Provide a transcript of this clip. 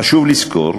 חשוב לזכור